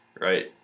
right